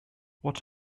what